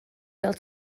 fel